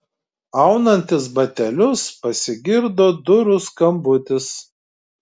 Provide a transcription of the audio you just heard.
aunantis batelius pasigirdo durų skambutis